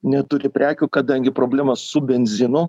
neturi prekių kadangi problema su benzinu